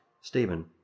Stephen